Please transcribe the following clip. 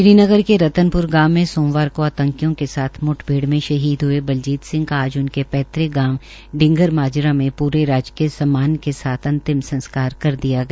श्रीनगर के रतनप्र गाँव में सोमवार को आतंकियों के साथ मुठभेड़ में शहीद हये बलजीत सिंह का आज उनके पैतृक गाँव डिंगर माजरा में प्रे राजकीय सम्मान के साथ अंतिम संस्कार कर दिया गया